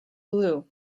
blue